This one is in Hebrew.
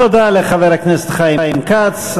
תודה לחבר הכנסת חיים כץ.